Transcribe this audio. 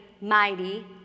mighty